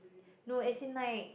no as it like